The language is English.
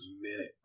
minute